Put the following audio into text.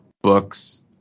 books